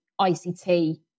ICT